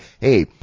hey